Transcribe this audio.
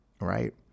Right